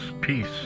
peace